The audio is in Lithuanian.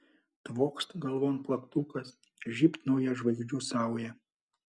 tvokst galvon plaktukas žybt nauja žvaigždžių sauja